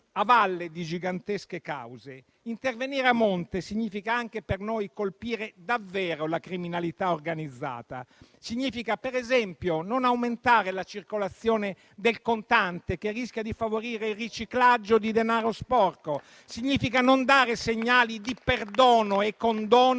a valle di gigantesche cause; intervenire a monte significa anche per noi colpire davvero la criminalità organizzata. Significa per esempio non aumentare la circolazione del contante che rischia di favorire il riciclaggio di denaro sporco. Significa non dare segnali di perdono e condono